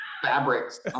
fabrics